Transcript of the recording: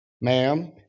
Ma'am